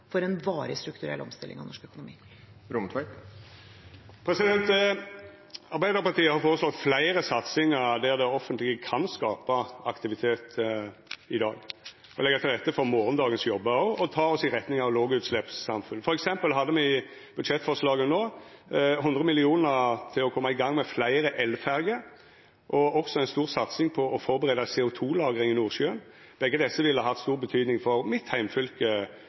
omstilling av norsk økonomi. Arbeidarpartiet har føreslått fleire satsingar der det offentlege kan skapa aktivitet i dag, leggja til rette for morgondagens jobbar og ta oss i retning av lågutsleppssamfunnet. For eksempel hadde me i budsjettforslaget no 100 mill. kr til å koma i gang med fleire elferjer og også ei stor satsing på å førebu CO 2 -lagring i Nordsjøen. Begge desse ville hatt stor betyding for mitt heimfylke,